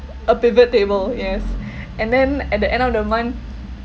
a pivot table yes and then at the end of the month